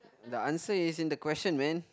the answer is in the question man